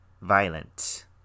violent